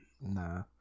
Nah